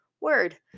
word